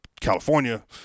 California